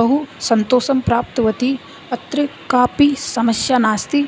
बहुसन्तोषं प्राप्तवती अत्र कापि समस्या नास्ति